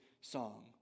song